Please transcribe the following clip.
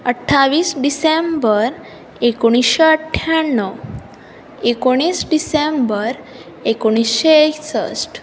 अठ्ठावीस डिसेंबर एकोणिशें अठ्ठ्याण्णव एकोणीस डिसेंबर एकोणिशें एकसश्ट